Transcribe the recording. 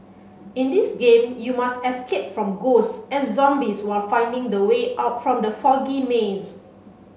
in this game you must escape from ghosts and zombies while finding the way out from the foggy maze